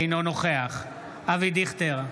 אינו נוכח אבי דיכטר,